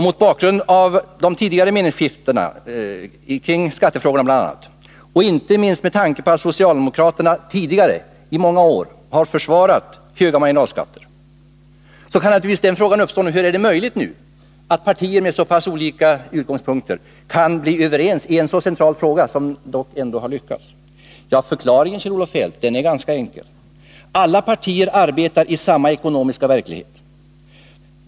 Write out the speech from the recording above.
Mot bakgrund av de tidigare meningsskiljaktigheterna i bl.a. skattefrågorna och inte minst med tanke på att socialdemokraterna tidigare i många år har försvarat höga marginalskatter kan frågan naturligtvis uppstå: Hur är det möjligt att partier med så pass olika utgångspunkter ändå kan bli överens i en så central fråga som denna? Ja, förklaringen, Kjell-Olof Feldt, är ganska enkel: Alla partier arbetar i samma ekonomiska verklighet.